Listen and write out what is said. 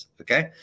Okay